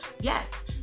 Yes